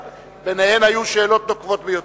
שביניהן היו שאלות נוקבות ביותר.